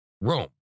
Rome